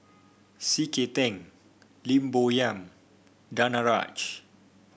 C K Tang Lim Bo Yam Danaraj